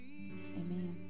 amen